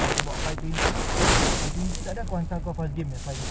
aku pula boleh tak bawa portable charger tu